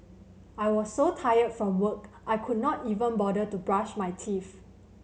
I was so tired from work I could not even bother to brush my teeth